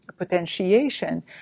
potentiation